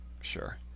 Sure